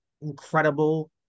incredible